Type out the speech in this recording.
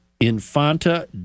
Infanta